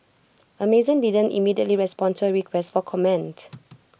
Amazon didn't immediately respond to A request for comment